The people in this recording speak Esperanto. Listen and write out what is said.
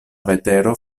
vetero